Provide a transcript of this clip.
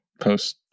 post